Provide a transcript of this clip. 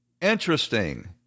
Interesting